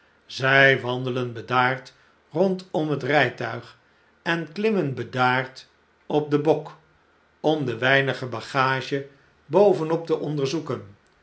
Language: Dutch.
zjj wandelen bedaard rondom het rjjtuig en klimmen bedaard op den bok om de weinige bagage bovenop te onderzoeken